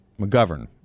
McGovern